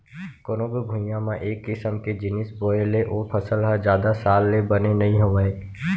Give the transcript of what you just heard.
कोनो भी भुइंया म एक किसम के जिनिस बोए ले ओ फसल ह जादा साल ले बने नइ होवय